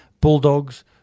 Bulldogs